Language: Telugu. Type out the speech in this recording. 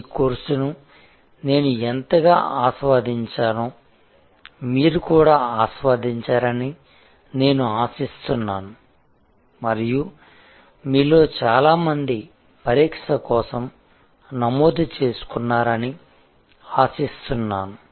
ఈ కోర్సును నేను ఎంతగా ఆస్వాదించానో మీరు కూడా ఆస్వాదించారని నేను ఆశిస్తున్నాను మరియు మీలో చాలామంది పరీక్ష కోసం నమోదు చేసుకున్నారని ఆశిస్తున్నాను